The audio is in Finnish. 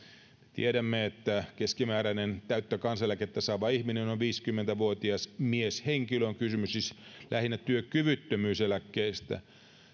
tiedämme että keskimääräinen täyttä kansaneläkettä saava ihminen on viisikymmentä vuotias mieshenkilö on kysymys siis lähinnä työkyvyttömyyseläkkeistä